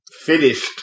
finished